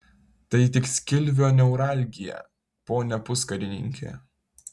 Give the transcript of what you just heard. tai tik skilvio neuralgija pone puskarininki